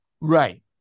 Right